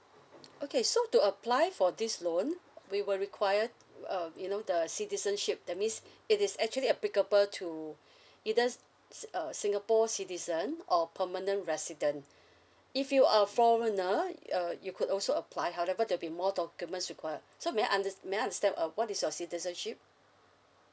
okay so to apply for this loan uh we will require uh you know the citizenship that means it is actually applicable to either s~ s~ uh singapore citizen or permanent resident if you are foreigner y~ uh you could also apply however they'll be more documents required so may I unders~ may I understand uh what is your citizenship